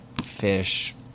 fish